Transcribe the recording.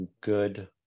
good